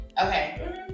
Okay